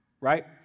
right